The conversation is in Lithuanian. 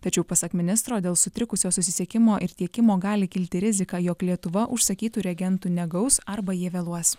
tačiau pasak ministro dėl sutrikusio susisiekimo ir tiekimo gali kilti rizika jog lietuva užsakytų reagentų negaus arba jie vėluos